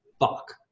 fuck